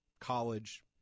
college